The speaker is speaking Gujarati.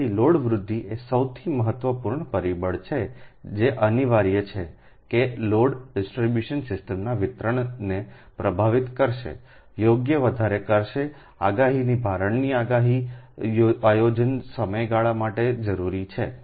તેથી લોડ વૃદ્ધિ એ સૌથી મહત્વપૂર્ણ પરિબળ છે જે અનિવાર્ય છે કે લોડ ડિસ્ટ્રિબ્યુશન સિસ્ટમના વિસ્તરણને પ્રભાવિત કરશે યોગ્ય વધારો કરશે આગાહીના ભારણની આગાહી આયોજન સમયગાળા માટે જરૂરી છે